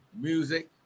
music